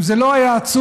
אם זה לא היה עצוב,